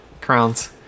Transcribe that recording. Crowns